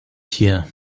hier